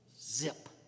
zip